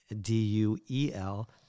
D-U-E-L